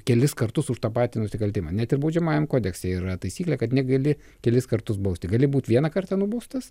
kelis kartus už tą patį nusikaltimą net ir baudžiamajam kodekse yra taisyklė kad negali kelis kartus bausti gali būt vieną kartą nubaustas